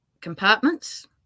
compartments